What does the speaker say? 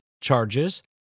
charges